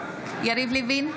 לוין,